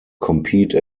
compete